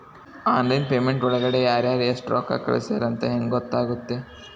Online payment ಒಳಗಡೆ ಯಾರ್ಯಾರು ಎಷ್ಟು ರೊಕ್ಕ ಕಳಿಸ್ಯಾರ ಅಂತ ಹೆಂಗ್ ಗೊತ್ತಾಗುತ್ತೆ?